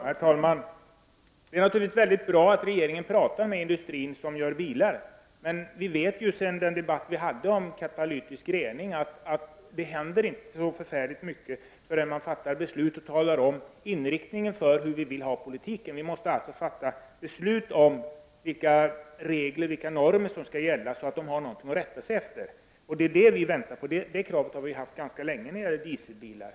Herr talman! Det är naturligtvis väldigt bra att regeringen talar med företrädare för bilindustrin. Men efter den debatt vi hade om katalytisk rening vet vi att det inte händer så förfärligt mycket, förrän man fattar beslut som anger inriktningen för politiken. Vi måste alltså fatta beslut om vilka regler och normer som skall gälla för att industrin skall ha någonting att rätta sig efter. Vi väntar på ett sådant beslut och det är ett krav som vi har haft ganska länge när det gäller dieseldrivna bilar.